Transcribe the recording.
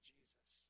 Jesus